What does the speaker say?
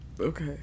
Okay